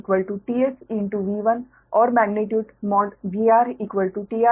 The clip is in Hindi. t sV 1 और magnitude V R t Rmagnitude